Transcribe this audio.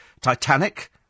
Titanic